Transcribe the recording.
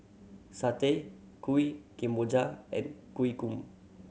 satay Kuih Kemboja and kueh gong